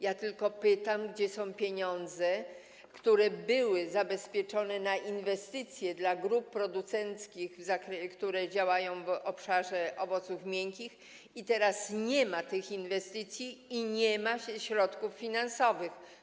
Ja tylko pytam, gdzie są pieniądze, które były zabezpieczone na inwestycje dla grup producenckich, które działają w obszarze owoców miękkich, a teraz nie ma tych inwestycji ani nie ma środków finansowych.